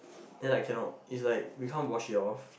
then like cannot it's like we can't wash it off